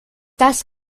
das